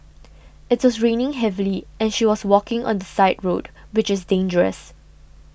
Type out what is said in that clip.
it was raining heavily and she was walking on the side road which is dangerous